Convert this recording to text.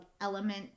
element